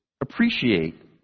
appreciate